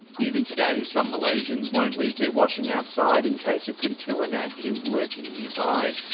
even today, some malaysians won't leave their washing outside in case a kuntilanak is lurking nearby.